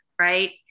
right